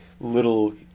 little